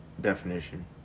definition